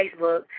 Facebook